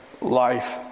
life